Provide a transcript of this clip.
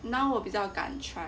now 我比较敢 try